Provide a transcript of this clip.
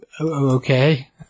Okay